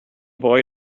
boy